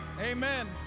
Amen